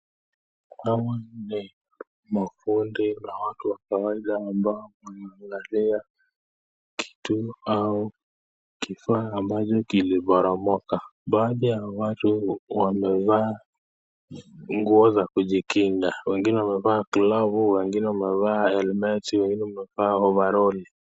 Hawa ni mafundi na watu wa kawaida ambao wanaangalia kitu au kifaa ambacho kiliporomoka. Baadhi ya watu wamevaa nguo za kujikinga. Wengine wamevaa glovu, wengine wamevaa helmet , wengine wamevaa overall .